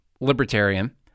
libertarian